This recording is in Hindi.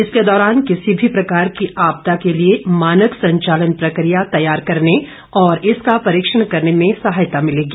इसके दौरान किसी भी प्रकार की आपदा के लिए मानक संचालन प्रकिया तैयार करने और इसका परीक्षण करने में सहायता मिलेगी